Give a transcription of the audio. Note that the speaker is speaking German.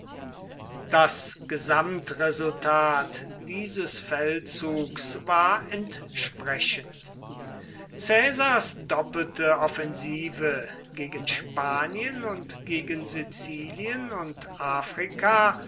das gesamtresultat dieses feldzugs war entsprechend caesars doppelte offensive gegen spanien und gegen sizilien und afrika